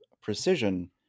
precision